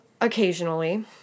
occasionally